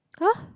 !huh!